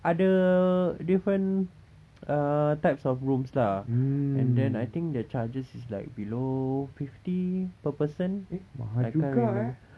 ada different uh types of rooms lah and then I think the charges is like below fifty per person I can't remember